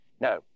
No